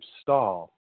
stall